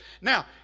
Now